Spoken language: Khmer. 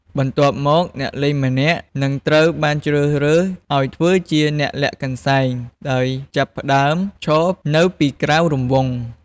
បន្ទាប់មក អ្នកលេងម្នាក់នឹងត្រូវបានជ្រើសរើសឱ្យធ្វើជា អ្នកលាក់កន្សែង ដោយចាប់ផ្តើមឈរនៅពីក្រៅរង្វង់។